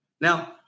Now